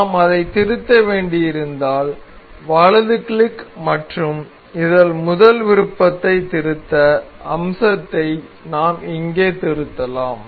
நாம் அதைத் திருத்த வேண்டியிருந்தால் வலது கிளிக் மற்றும் இந்த முதல் விருப்பத் திருத்த அம்சத்தை நாம் இங்கே திருத்தலாம்